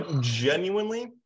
genuinely